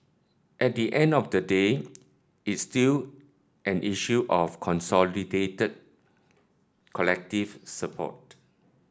at the end of the day it's still an issue of consolidated collective support